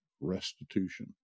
restitution